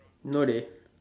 no dey